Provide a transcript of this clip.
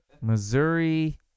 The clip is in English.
Missouri